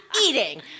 eating